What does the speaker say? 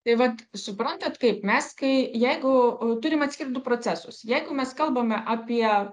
tai vat suprantat kaip mes kai jeigu turim atskirt du procesus jeigu mes kalbame apie